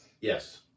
Yes